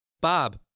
Bob